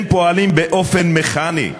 הם פועלים באופן מכני.